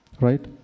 right